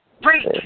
break